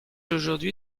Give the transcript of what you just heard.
aujourd’hui